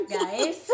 guys